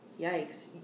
yikes